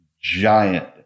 giant